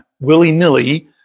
willy-nilly